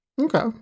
Okay